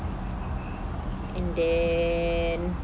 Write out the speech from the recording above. and then